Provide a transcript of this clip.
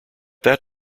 that